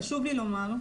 חשוב לי לומר,